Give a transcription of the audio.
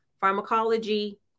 Pharmacology